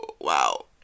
wow